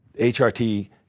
HRT